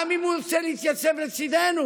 גם אם הוא ירצה להתייצב לצידנו,